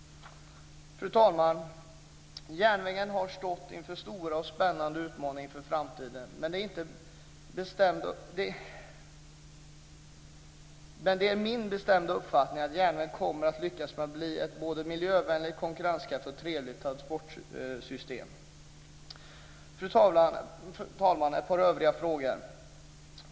Fru talman! Järnvägen har stått inför stora och spännande utmaningar inför framtiden, men det är min bestämda uppfattning att järnvägen kommer att lyckas bli ett miljövänligt, konkurrenskraftigt och trevligt transportsystem. Fru talman! Jag har också ett par andra saker som jag vill ta upp.